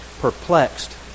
perplexed